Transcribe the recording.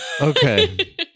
Okay